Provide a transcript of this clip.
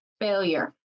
failure